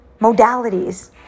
modalities